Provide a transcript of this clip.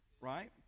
right